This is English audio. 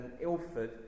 Ilford